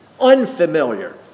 Unfamiliar